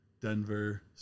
Denver